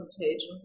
contagion